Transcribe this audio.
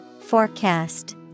Forecast